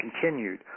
continued